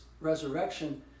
resurrection